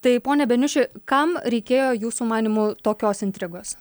tai pone beniuši kam reikėjo jūsų manymu tokios intrigos